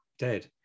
Dead